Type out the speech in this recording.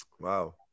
Wow